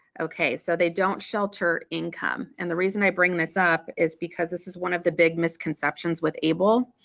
okay so they don't shelter income and the reason i bring this up is because this is one of the big misconceptions with able.